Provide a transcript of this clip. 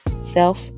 self